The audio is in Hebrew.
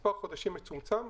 במספר חודשים מצומצם,